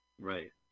Right